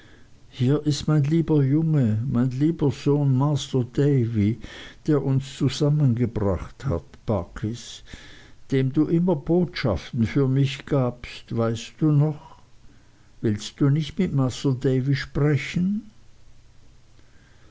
hier ist mein lieber junge mein lieber sohn master davy der uns zusammengebracht hat barkis dem du immer botschaften für mich gabst weißt du noch willst du nicht mit master davy sprechen